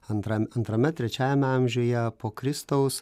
antram antrame trečiajame amžiuje po kristaus